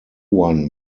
one